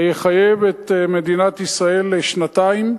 יחייב את מדינת ישראל לשנתיים,